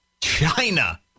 China